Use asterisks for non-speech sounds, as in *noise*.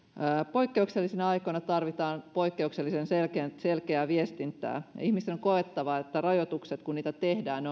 poikkeuksellisina aikoina tarvitaan poikkeuksellisen selkeää viestintää ja ihmisten on koettava että rajoitukset ovat oikeudenmukaisia kun niitä tehdään *unintelligible*